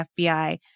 FBI